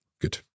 Good